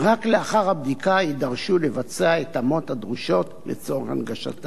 רק לאחר הבדיקה יידרשו לבצע את ההתאמות לצורך הנגשתן.